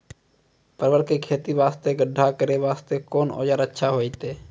परवल के खेती वास्ते गड्ढा करे वास्ते कोंन औजार अच्छा होइतै?